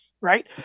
right